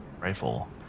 rifle